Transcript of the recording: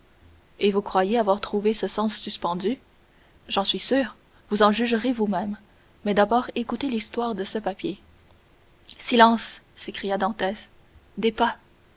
et vous croyez avoir trouvé ce sens suspendu j'en suis sûr vous en jugerez vous-même mais d'abord écoutez l'histoire de ce papier silence s'écria dantès des pas